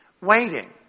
waiting